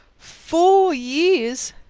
four years!